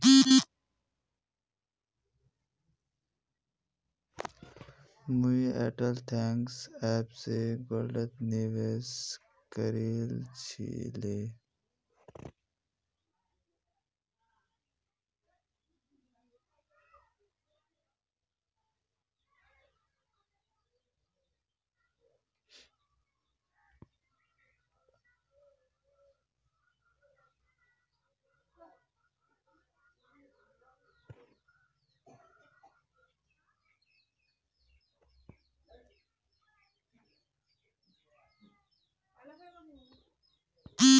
मुई Airtel thanks app स गोल्डत निवेश करील छिले